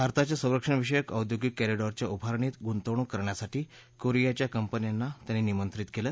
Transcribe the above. भारताच्या संरक्षणविषयक औदयोगिक कॉरिडॅरच्या उभारणीत गुंतवणूक करण्यासाठी कोरियाच्या कंपन्यांना त्यांनी निमंत्रित केलं